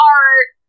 art